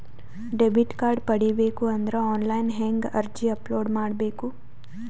Debit card ಪಡಿಬೇಕು ಅಂದ್ರ online ಹೆಂಗ್ ಅರ್ಜಿ ಅಪಲೊಡ ಮಾಡಬೇಕು?